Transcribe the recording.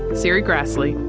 serri graslie,